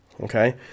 Okay